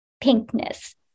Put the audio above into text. pinkness